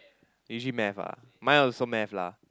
usually math ah mine also math lah